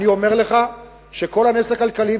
אני אומר לך שכל הנס הכלכלי,